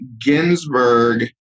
Ginsburg